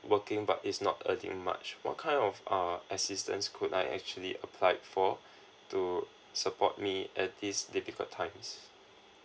working but it's not a thing much what kind of uh assistance could I actually applied for to support me at this difficult times